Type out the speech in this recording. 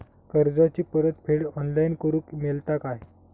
कर्जाची परत फेड ऑनलाइन करूक मेलता काय?